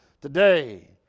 today